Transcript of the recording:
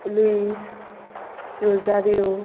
Luis Rosario